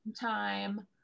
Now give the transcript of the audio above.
time